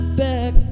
back